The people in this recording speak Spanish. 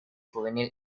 juvenil